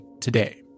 today